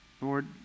Lord